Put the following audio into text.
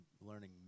learning